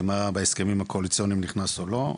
ומה בהסכמים הקואליציוניים נכנס או לא,